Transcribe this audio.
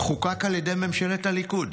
חוקק על ידי ממשלת הליכוד,